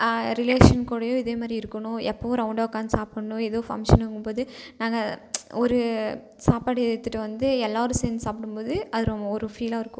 relation கூடையும் இதேமாதிரி இருக்கணும் எப்போவும் ரௌண்டாக உட்காந்து சாப்படண்ணும் எதுவும் ஃபங்ஷன்னும்போது நாங்கள் ஒரு சாப்பாடு எடுத்துகிட்டு வந்து எல்லாரும் சேர்ந்து சாப்பிடும்போது அது ரொம்ப ஒரு ஃபீலாக இருக்கும்